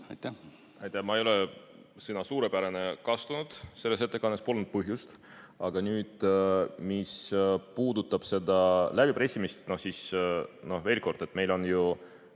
Ma ei ole sõna "suurepärane" kasutanud selles ettekandes, polnud põhjust. Aga nüüd, mis puudutab seda läbipressimist, siis veel kord, meil on mitu